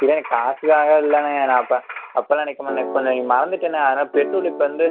இல்லைண்ணே காசுக்காக இல்லண்ணே நான் அப்போ அப்போலாம் நினைக்க மாட்டேண்ணே கொஞ்சோம் மறந்துட்டேண்ணே அதனால பெட்ரோல் இப்போ வந்து